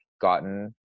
gotten